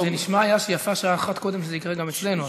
זה נשמע היה שיפה שעה אחת קודם שזה יקרה גם אצלנו,